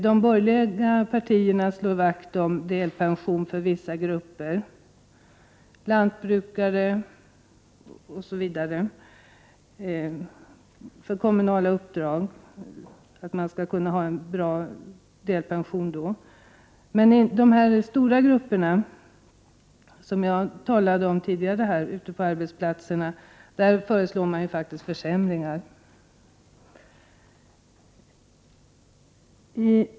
De borgerliga partierna slår vakt om delpension för vissa grupper — lantbrukare osv. — och tycker att man skall kunna ha en bra delpension om man har kommunala uppdrag. Men när det gäller de stora grupperna, som jag talade om tidigare här och som finns ute på arbetsplatserna, föreslår man faktiskt försämringar.